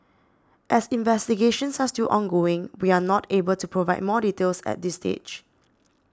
as investigations are still ongoing we are not able to provide more details at this stage